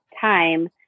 time